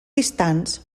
distants